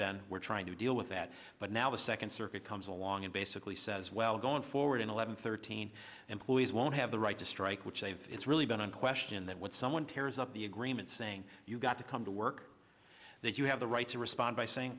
been we're trying to deal with that but now the second circuit comes along and basically says well going forward in eleven thirteen employees won't have the right to strike which they've really been a question that what someone tears up the agreement saying you've got to come to work that you have the right to respond by saying